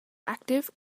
active